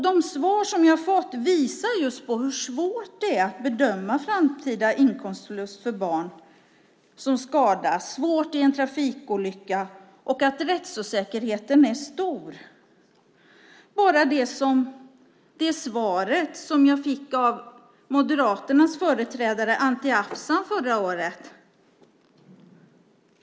De svar som jag har fått visar hur svårt det är att bedöma framtida inkomstförlust för barn som skadas svårt i en trafikolycka, och att rättsosäkerheten är stor. Det visar också det svar som jag fick av Moderaternas företrädare Anti Avsan förra året.